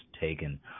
taken